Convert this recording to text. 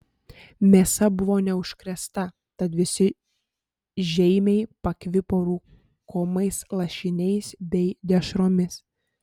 mėsa buvo neužkrėsta tad visi žeimiai pakvipo rūkomais lašiniais bei dešromis